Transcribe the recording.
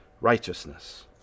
righteousness